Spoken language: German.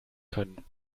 können